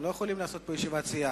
אתם לא יכולים לעשות פה ישיבת סיעה.